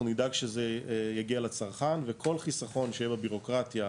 נדאג שזה יגיע לצרכן וכל חיסכון שיהיה בבירוקרטיה,